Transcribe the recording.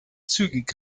zügig